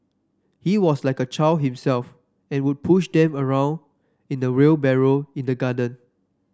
he was like a child himself and would push them around in a wheelbarrow in the garden